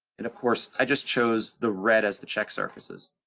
and of course i just chose the red as the check surfaces.